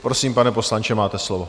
Prosím, pane poslanče, máte slovo.